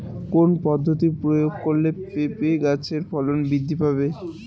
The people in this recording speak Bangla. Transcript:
কোন পদ্ধতি প্রয়োগ করলে পেঁপে গাছের ফলন বৃদ্ধি পাবে?